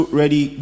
ready